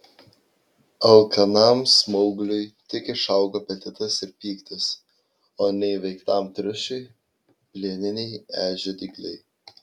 alkanam smaugliui tik išaugo apetitas ir pyktis o neįveiktam triušiui plieniniai ežio dygliai